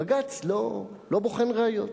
בג"ץ לא בוחן ראיות.